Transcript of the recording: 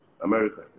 America